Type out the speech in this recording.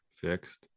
Fixed